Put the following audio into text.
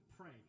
pray